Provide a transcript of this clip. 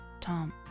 Tom